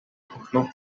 okno